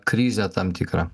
krizę tam tikrą